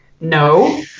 No